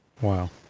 Wow